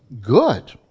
good